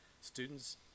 Students